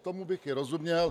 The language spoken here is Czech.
Tomu bych i rozuměl.